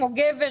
כמו גבר,